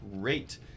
great